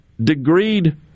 degreed